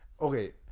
Okay